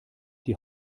die